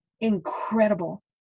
incredible